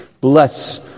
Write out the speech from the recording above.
Bless